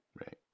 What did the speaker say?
Right